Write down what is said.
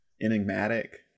enigmatic